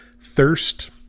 thirst